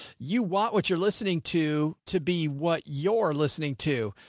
you want what you're listening to, to be what your listening to,